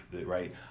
right